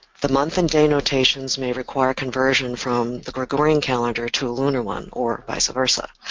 the month and day notations may require conversion from the gregorian calendar to a lunar one or vice versa.